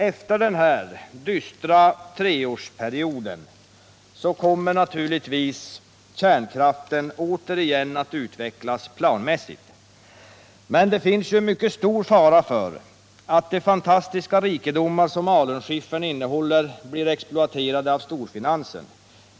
Efter den här dystra treårsperioden kommer naturligtvis kärnkraften åter att utvecklas planmässigt. Men det finns en mycket stor fara för att de fantastiska rikedomar som alunskiffern innehåller blir exploaterade av storfinansen.